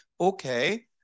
okay